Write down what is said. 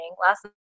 Last